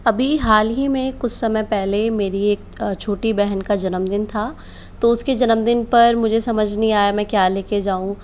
अभी हाल ही में कुछ समय पहले मेरी एक छोटी बहन का जन्मदिन था तो उसके जन्मदिन पर मुझे समझ नहीं आया मैं क्या लेके जाऊँ